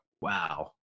wow